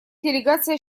делегация